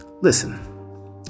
Listen